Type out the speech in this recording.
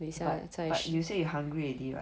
but but you say you hungry already [what]